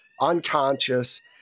unconscious